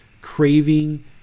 craving